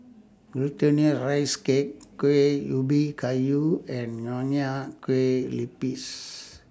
Glutinous Rice Cake Kuih Ubi Kayu and Nonya Kueh Lapis